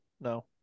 no